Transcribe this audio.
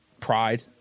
pride